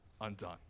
undone